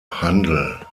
handel